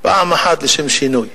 פעם אחת, לשם שינוי,